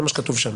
זה מה שכתוב שם